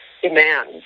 demand